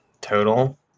total